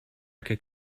could